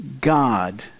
God